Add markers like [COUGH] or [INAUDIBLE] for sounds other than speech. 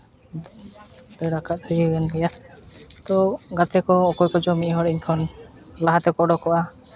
[UNINTELLIGIBLE] ᱛᱚ ᱜᱟᱛᱮ ᱠᱚ ᱚᱠᱚᱭ ᱠᱚᱪᱚᱝ ᱤᱧ ᱠᱷᱚᱱ ᱞᱟᱦᱟ ᱛᱮᱠᱚ ᱚᱰᱳᱠᱚᱜᱼᱟ